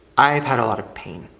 i've had a lot of pain,